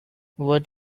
what